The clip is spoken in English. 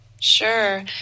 Sure